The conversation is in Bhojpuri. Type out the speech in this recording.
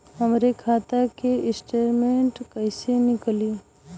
हमरे खाता के स्टेटमेंट कइसे निकली?